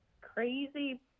crazy